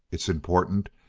it's important,